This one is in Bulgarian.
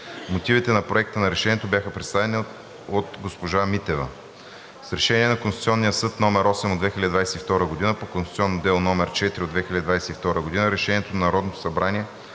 Мотивите на Проекта на решението бяха представени от госпожа Митева. С Решение на Конституционния съд № 8 от 2022 г. по конституционно дело № 4 от 2022 г. Решението на Народното събрание